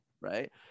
Right